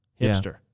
Hipster